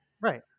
Right